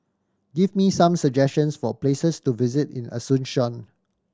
give me some suggestions for places to visit in Asuncion